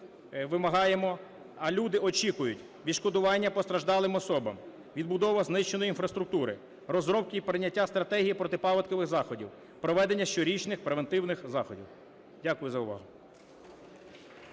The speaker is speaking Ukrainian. вимагаємо (а люди очікують) відшкодування постраждалим особам відбудови знищеної інфраструктури, розробки і прийняття стратегії протипаводкових заходів, проведення щорічних превентивних заходів. Дякую за увагу.